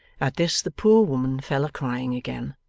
at this the poor woman fell a-crying again,